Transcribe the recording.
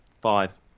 Five